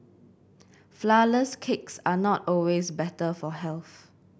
flourless cakes are not always better for health